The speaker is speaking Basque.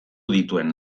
dituen